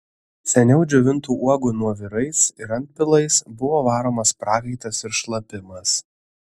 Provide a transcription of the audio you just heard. seniau džiovintų uogų nuovirais ir antpilais buvo varomas prakaitas ir šlapimas